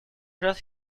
jazz